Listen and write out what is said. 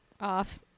off